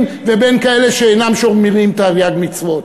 ובין כאלה שאינם שומרים תרי"ג מצוות.